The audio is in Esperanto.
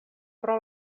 pro